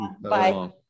Bye